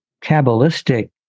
kabbalistic